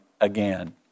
again